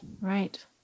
Right